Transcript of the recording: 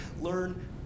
learn